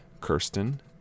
Kirsten